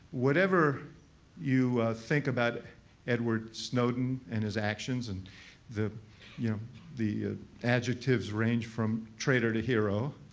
whatever you think about edward snowden and his actions, and the you know the adjectives range from traitor to hero,